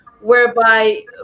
whereby